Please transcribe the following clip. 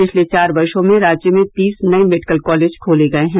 पिछले चार वर्षो में राज्य में तीस नए मेडिकल कॉलेज खोले गए हैं